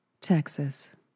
Texas